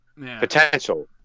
potential